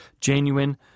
genuine